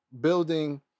building